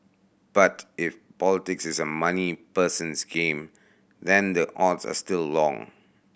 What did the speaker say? but if politics is a money person's game then the odds are still long